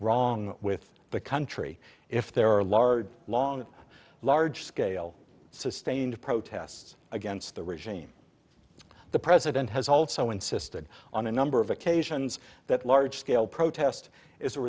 wrong with the country if there are large long large scale sustained protests against the regime the president has also insisted on a number of occasions that large scale protest is a